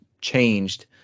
changed